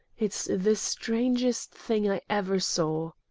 it's the strangest thing i ever saw.